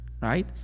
right